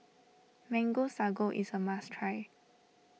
Mango Sago is a must try